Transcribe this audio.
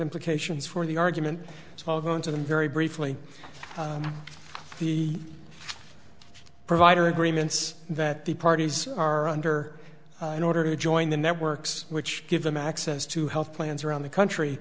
implications for the argument it's all going to them very briefly the provider agreements that the parties are under in order to join the networks which give them access to health plans around the country